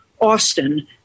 Austin